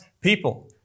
people